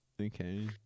Okay